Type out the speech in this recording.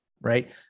right